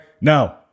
No